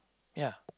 ya